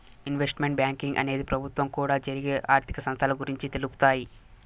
investment banking అనేది ప్రభుత్వం కూడా జరిగే ఆర్థిక సంస్థల గురించి తెలుపుతాయి